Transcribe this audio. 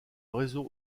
réseau